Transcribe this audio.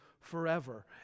forever